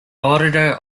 auditor